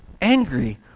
angry